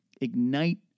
ignite